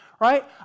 right